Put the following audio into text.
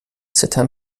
ستم